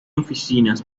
oficinas